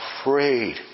afraid